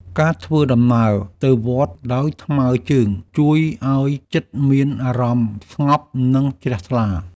ការធ្វើដំណើរទៅវត្តដោយថ្មើរជើង ជួយឱ្យចិត្តមានអារម្មណ៍ស្ងប់ និងជ្រះថ្លា។